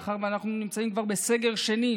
מאחר שאנחנו נמצאים כבר בסגר שני,